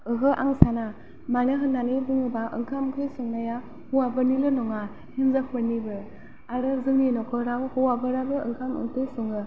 ओहो आं साना मानो होननानै बुङोब्ला ओंखाम ओख्रि संनाया हौवाफोरनिल' हिनजावफोरनिबो आरो जोंनि न'खराव हौवाफोराबो ओंखाम ओंख्रि सङो